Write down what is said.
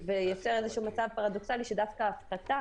וזה יוצר איזשהו מצב פרדוכסלי שדווקא ההפחתה